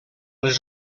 les